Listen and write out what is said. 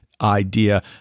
idea